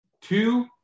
two